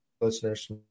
Listeners